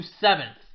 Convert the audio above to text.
seventh